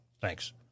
Thanks